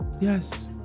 Yes